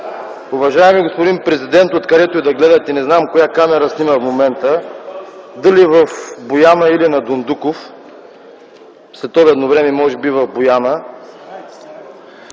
уважаеми господин президент, откъдето и да гледате! Не знам коя камера снима в момента – дали в Бояна, или на „Дондуков”? Следобедно време е и може би в Бояна.